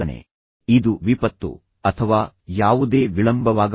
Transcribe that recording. ಆದ್ದರಿಂದ ಇದು ಯಾವುದೇ ರೀತಿಯ ವಿಪತ್ತು ಯಾವುದೇ ಅಪಘಾತ ಅಥವಾ ಯಾವುದೇ ವಿಳಂಬವಾಗಬಹುದು